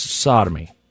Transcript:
Sodomy